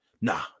Nah